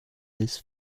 this